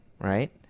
right